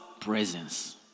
presence